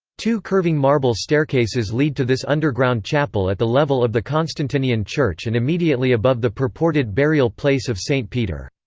two curving marble staircases lead to this underground chapel at the level of the constantinian church and immediately above the purported burial place of saint peter.